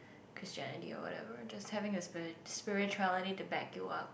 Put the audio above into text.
Christianity or whatever just having a spiri~ spirituality to back you up